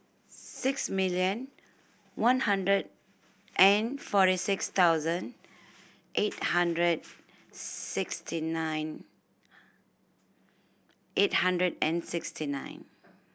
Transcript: six million one hundred and forty six thousand eight hundred sixty nine eight hundred and sixty nine